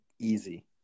easy